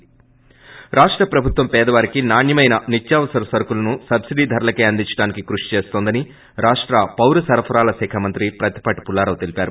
ి రాష్ట ప్రభుత్వం పేదవారికి నాణ్యమైన నిత్యావసర సరుకులను సబ్బిడీ ధరలకే అందించడానికి కృషి చేస్తోందని రాష్ట పౌర సరఫరాల శాఖ మంత్రి పత్తిపాటి పుల్లారావు తెలిపారు